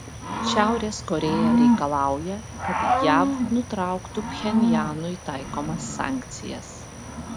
šiaurės korėja reikalauja kad jav nutrauktų pchenjanui taikomas sankcijas